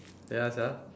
ya sia